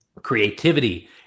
creativity